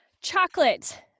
Chocolate